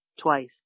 twice